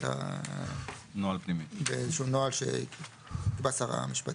אלא נוהל פנימי שיקבע שר המשפטים.